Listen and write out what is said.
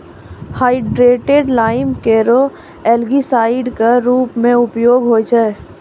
hydrated lime केरो algicide क रूप म उपयोग होय छै